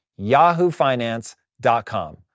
yahoofinance.com